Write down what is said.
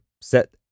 set